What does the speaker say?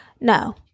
No